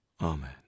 Amen